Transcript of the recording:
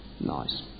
Nice